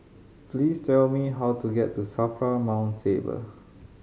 please tell me how to get to SAFRA Mount Faber